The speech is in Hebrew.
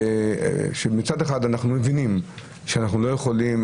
שמצד אחד אנחנו מבינים שאנחנו לא יכולים,